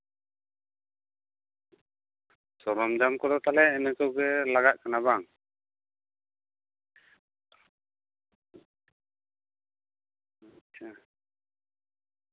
ᱥᱚᱨᱚᱧᱡᱟᱢ ᱠᱚᱫᱚ ᱛᱟᱞᱚᱦᱮ ᱤᱱᱟᱹ ᱠᱚᱜᱮ ᱞᱟᱜᱟᱜ ᱠᱟᱱᱟ ᱵᱟᱝ ᱟᱪᱪᱷᱟ